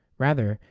rather,